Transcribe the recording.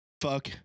Fuck